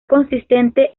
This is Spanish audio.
consistente